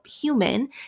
human